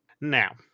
now